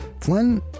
Flynn